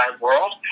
world